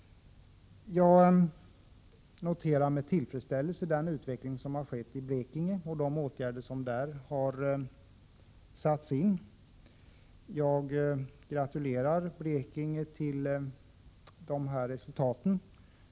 Jag noterar med tillfredsställelse den utveckling som har skett i Blekinge och de åtgärder som där har satts in. Jag gratulerar Blekinge till dessa resultat.